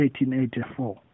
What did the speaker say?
1884